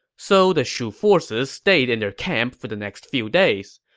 so the shu forces stayed and their camp for the next few days.